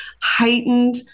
heightened